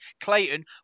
Clayton